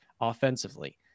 offensively